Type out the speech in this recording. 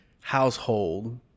household